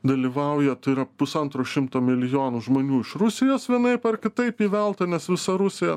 dalyvauja tai yra pusantro šimto milijonų žmonių iš rusijos vienaip ar kitaip įvelta nes visa rusija